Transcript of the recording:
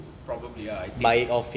probably ah I think